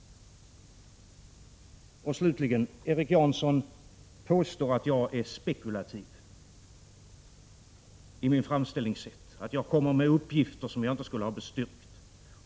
Slutligen: Erik Janson påstår att jag är spekulativ i mitt framställningssätt och att jag kommer med uppgifter som jag inte skulle ha bestyrkt.